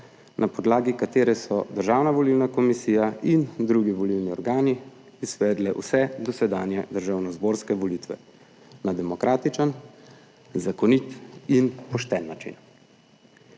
na podlagi katere so Državna volilna komisija in drugi volilni organi izvedli vse dosedanje državnozborske volitve na demokratičen, zakonit in pošten način.